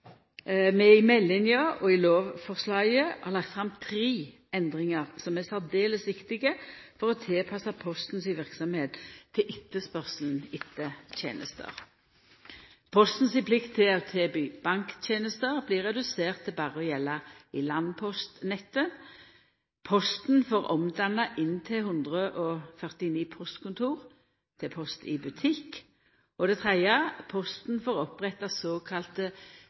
vi i meldinga og i lovforslaget har lagt fram tre endringar som er særdeles viktige for å tilpassa Posten si verksemd til etterspørselen etter tenester: Posten si plikt til å tilby banktenester blir redusert til berre å gjelda i landpostnettet. Posten får omdanna inntil 149 postkontor til Post i Butikk. Posten får oppretta